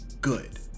good